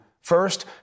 First